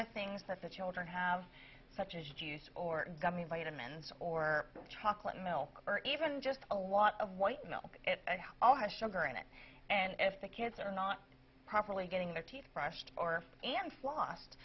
of things that the children have such as juice or gummy vitamins or chocolate milk or even just a lot of white know it all has sugar in it and if the kids are not properly getting their teeth brushed